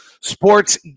sports